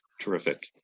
Terrific